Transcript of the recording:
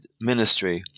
ministry